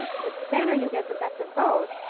with spanner, you get the best of both.